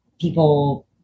people